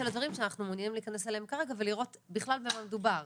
הדברים שאנחנו מעוניינים להיכנס אליהם כרגע ולראות בכלל במה מדובר.